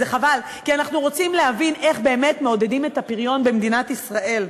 כי אנחנו רוצים להבין איך באמת מעודדים את הפריון במדינת ישראל.